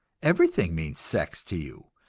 everything means sex to you.